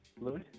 Louis